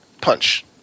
punch